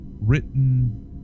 written